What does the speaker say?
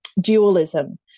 dualism